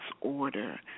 order